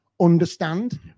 understand